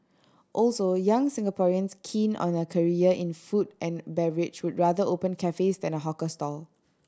also young Singaporeans keen on a career in food and beverage would rather open cafes than a hawker stall